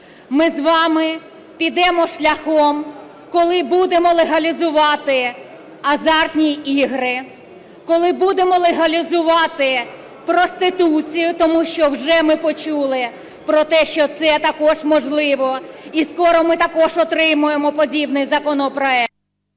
Ми з вами підемо шляхом коли будемо легалізувати азартні ігри, коли будемо легалізувати проституцію, тому що вже ми почули про те, що це також можливо. І скоро ми також отримаємо подібний законопроект…